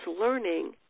learning